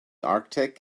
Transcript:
arctic